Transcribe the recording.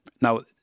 Now